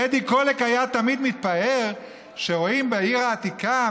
טדי קולק תמיד היה מתפאר שרואים בעיר העתיקה,